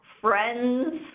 friends